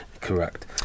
correct